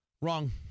Wrong